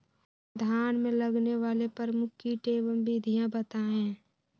धान में लगने वाले प्रमुख कीट एवं विधियां बताएं?